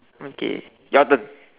okay your turn